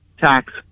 tax